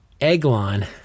Eglon